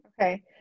Okay